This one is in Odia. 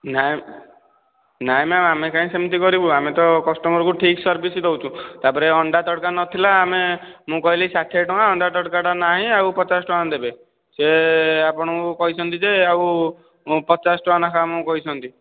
ନାହିଁ ନାହିଁ ମ୍ୟାମ ଆମେ କାହିଁକି ସେମିତି କରିବୁ ଆମେ ତ କଷ୍ଟମରଙ୍କୁ ଠିକ ସର୍ଭିସ ଦେଉଛୁ ତା' ପରେ ଅଣ୍ଡା ତଡକା ନଥିଲା ଆମେ ମୁଁ କହିଲି ଷାଠିଏ ଟଙ୍କା ଅଣ୍ଡା ତଡକାଟା ନାହିଁ ଆଉ ପଚାଶ ଟଙ୍କା ଦେବେ ସେ ଆପଣଙ୍କୁ କହିଛନ୍ତି ଯେ ଆଉ ପଚାଶ ଟଙ୍କା ନଖା ଆମକୁ କହିଛନ୍ତି